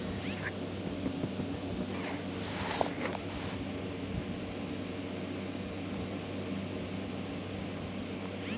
ఇప్పుడు భద్రత లేకపోవడంతో దళాలు పనిసేతున్నాయి